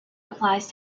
applies